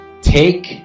Take